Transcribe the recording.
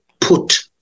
put